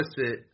opposite